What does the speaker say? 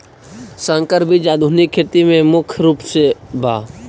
संकर बीज आधुनिक खेती में मुख्य रूप से बा